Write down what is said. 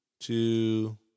two